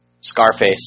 Scarface